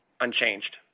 unchanged